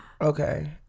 Okay